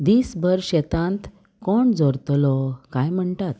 दीस भर शेतांत कोण झरतलो कांय म्हणटात